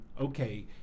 okay